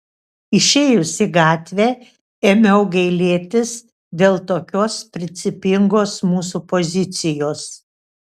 išėjus į gatvę ėmiau gailėtis dėl tokios principingos mūsų pozicijos